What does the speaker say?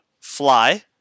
fly